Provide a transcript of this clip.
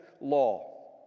law